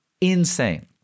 insane